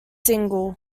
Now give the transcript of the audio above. single